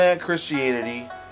Christianity